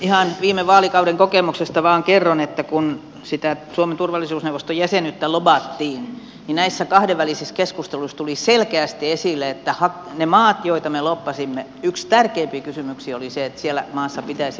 ihan viime vaalikauden kokemuksesta vain kerron että kun sitä suomen turvallisuusneuvoston jäsenyyttä lobattiin niin näissä kahdenvälisissä keskusteluissa tuli selkeästi esille että niissä maissa joita me lobbasimme yksi tärkeimpiä kysymyksiä oli se että siellä maassa pitäisi olla lähetystö